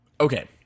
Okay